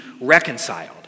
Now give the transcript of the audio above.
reconciled